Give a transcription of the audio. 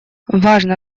важно